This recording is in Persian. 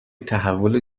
تحول